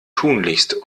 tunlichst